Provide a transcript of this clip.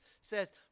says